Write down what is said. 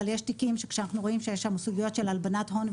אבל יש תיקים שכשאנחנו רואים שיש שם סוגיות של הלבנת הון,